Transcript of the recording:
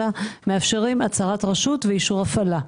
אלא מאפשרים הצהרת רשות ואישור הפעלה.